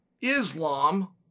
Islam